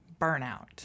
burnout